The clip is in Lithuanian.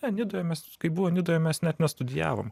ne nidoje kai buvo nidoje mes net nestudijavom